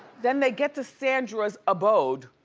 then they get to sandra's abode,